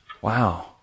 Wow